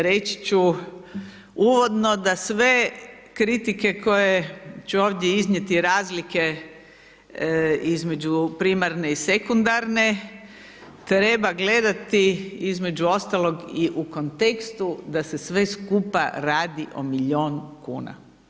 Reći ću uvodno da sve kritike koje ću ovdje iznijeti razlike između primarne i sekundarne, treba gledati između ostalog i u kontekstu da se sve skupa radi o milijun kuna.